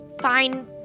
Fine